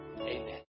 amen